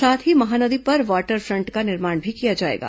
साथ ही महानदी पर वाटर फ्रंट का निर्माण भी किया जाएगा